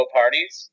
parties